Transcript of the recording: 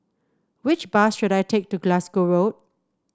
which bus should I take to Glasgow Road